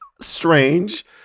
strange